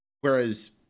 Whereas